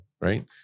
Right